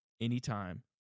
anytime